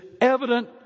evident